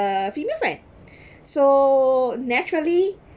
uh female right so naturally